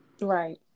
right